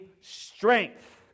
strength